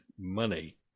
money